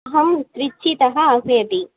अहं त्रिचितः आह्वयामि